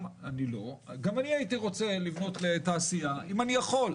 גם אני הייתי רוצה לבנות לתעשייה אם אני יכול.